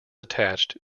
attached